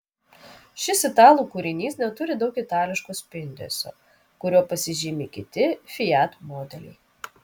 šis italų kūrinys neturi daug itališko spindesio kuriuo pasižymi kiti fiat modeliai